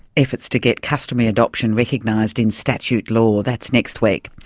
efforts to get customary adoption recognised in statute law, that's next week.